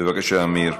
בבקשה, אמיר.